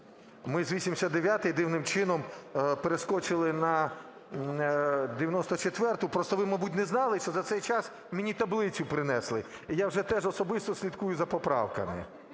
Ми з 89-ї дивним чином перескочили на 94-у, просто ви, мабуть, не знали, що за цей час мені таблицю принесли і я вже теж особисто слідкую за поправками.